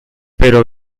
pero